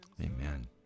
Amen